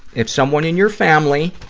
if someone in your family